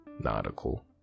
nautical